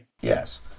Yes